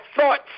thoughts